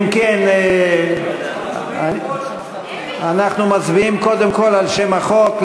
אם כן, אנחנו מצביעים קודם כול על שם החוק.